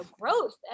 growth